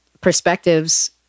perspectives